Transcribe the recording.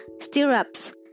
stirrups